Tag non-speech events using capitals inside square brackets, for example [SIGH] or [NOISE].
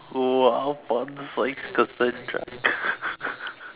!wow! fun sized Cassandra [LAUGHS]